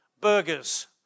burgers